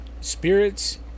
spirits